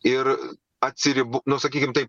ir atsiribo nu sakykim taip